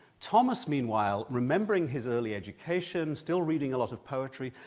thomas, meanwhile, remembering his early education, still reading a lot of poetry,